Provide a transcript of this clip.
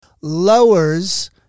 lowers